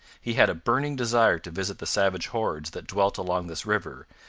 he had a burning desire to visit the savage hordes that dwelt along this river,